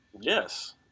Yes